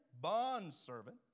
Bondservant